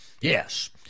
Yes